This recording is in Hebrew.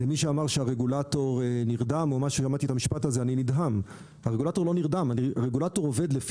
מי שאמר שהרגולטור נרדם אני נדהם לשמוע את המשפט הזה.